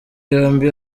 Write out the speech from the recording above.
yombi